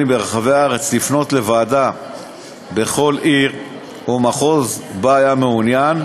ברחבי הארץ לפנות לוועדה בכל עיר או מחוז שבו היה מעוניין,